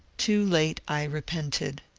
too late i repented.